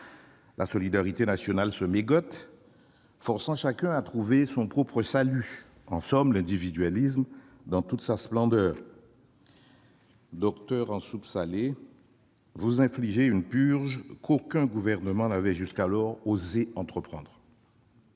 La solidarité nationale se mégote, forçant chacun à trouver son propre salut : en somme, l'individualisme dans toute sa splendeur. Docteure en soupe salée, vous infligez une purge qu'aucun gouvernement n'avait jusqu'alors osé entreprendre.